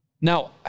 Now